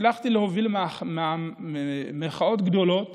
הצלחתי להוביל מחאות גדולות